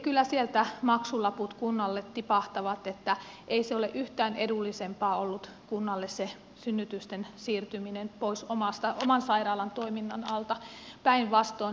kyllä sieltä maksulaput meidän kunnalle tipahtavat niin että ei se ole yhtään edullisempaa ollut kunnalle se synnytysten siirtyminen pois oman sairaalan toiminnan alta päinvastoin